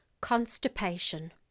constipation